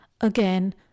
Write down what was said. again